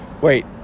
wait